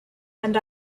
and